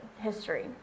history